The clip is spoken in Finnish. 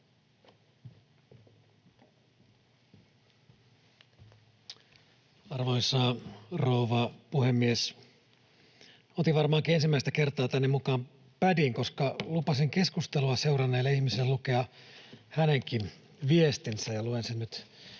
Arvoisa rouva puhemies! Otin varmaankin ensimmäistä kertaa tänne mukaan pädin, koska lupasin keskustelua seuranneelle ihmiselle lukea hänenkin viestinsä, ja luen sen nyt